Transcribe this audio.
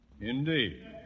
Indeed